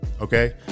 okay